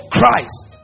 Christ